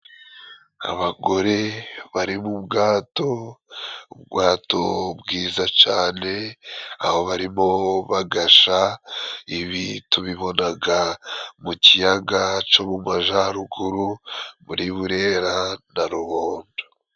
Abagore bari mu bwato ubwato bwiza cane, aho barimo bagasha ibi tubibonaga mu kiyaga co mu majaruguru muri Burera na Ruhondo.